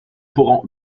pourrons